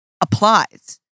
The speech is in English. applies